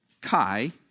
Chi